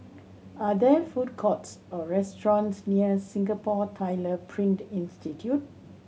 are there food courts or restaurants near Singapore Tyler Print Institute